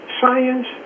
science